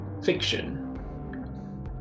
fiction